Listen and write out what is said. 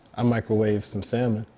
i microwaved some salmon,